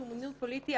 שהוא מינוי פוליטי,